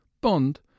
Bond